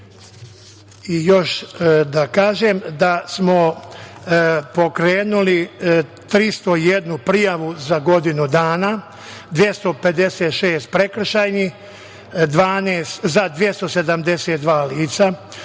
da kažem da smo pokrenuli 301 prijavu za godinu dana, 256 prekršajnih, za 272 lica,